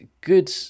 good